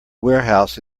warehouse